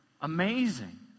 amazing